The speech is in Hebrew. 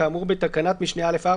כאמור בתקנת משנה (א)(4),